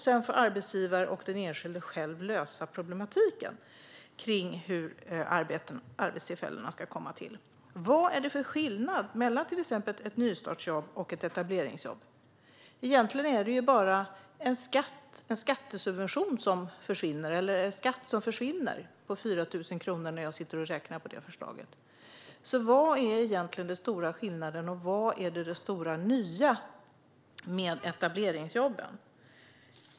Sedan får arbetsgivare och den enskilde själva lösa problematiken med hur arbetstillfällena ska komma till. Vad är det för skillnad mellan ett nystartsjobb och ett etableringsjobb? Egentligen handlar det bara om en skattesubvention som försvinner. När jag har räknat på förslaget handlar det om en skatt på 4 000 kronor som försvinner. Vilken är den stora skillnaden, och vad är det stora nya med etableringsjobben?